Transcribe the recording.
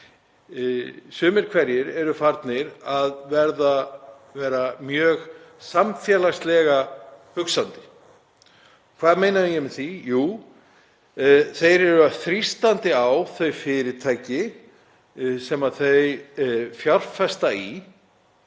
fyrirtækjum, eru farnir að vera mjög samfélagslega hugsandi. Hvað meina ég með því? Jú, þeir þrýsta á þau fyrirtæki sem þeir fjárfesta í